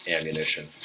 ammunition